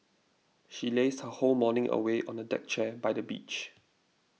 she lazed her whole morning away on a deck chair by the beach